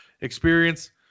experience